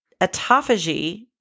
Autophagy